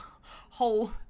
whole